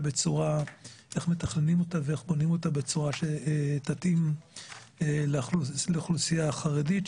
איך מתכננים אותה ואיך בונים אותה בצורה שתתאים לאוכלוסייה החרדית,